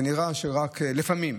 זה נראה שרק לפעמים,